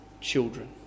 children